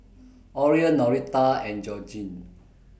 Orion Norita and Georgine